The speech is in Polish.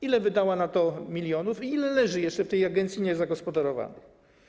Ile wydała na to milionów i ile leży jeszcze w tej agencji niezagospodarowanych?